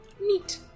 neat